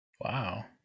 Wow